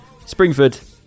Springford